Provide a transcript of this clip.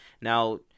Now